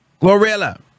Glorilla